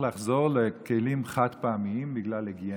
לחזור לכלים חד-פעמיים בגלל היגיינה,